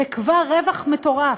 זה כבר רווח מטורף.